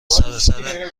سراسر